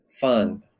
fun